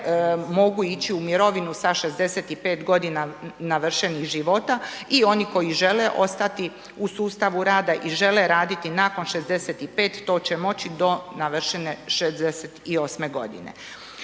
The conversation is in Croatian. mogu ići u mirovinu sa 65 godina navršenih života i oni koji žele ostati u sustava rada i žele raditi nakon 65, to će moći do navršene 68 godine.